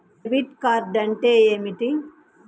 Debit card అంటే ఏమిటి?